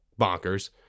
bonkers